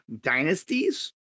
dynasties